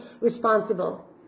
responsible